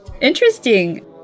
Interesting